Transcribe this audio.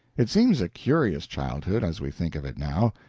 it seems a curious childhood, as we think of it now.